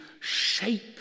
shape